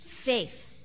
faith